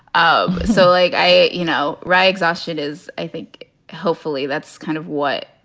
um so like, i, you know. right. exactly. it is. i think hopefully that's kind of what,